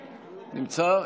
נמצא?